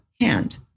hand